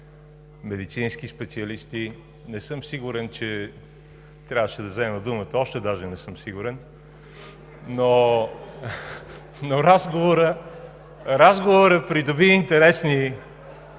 медицински специалисти! Не съм сигурен, че трябваше да взема думата, още даже не съм сигурен (смях), но разговорът придоби интересни